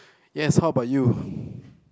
yes how about you